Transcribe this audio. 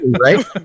Right